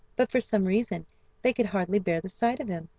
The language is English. but for some reason they could hardly bear the sight of him,